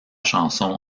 chanson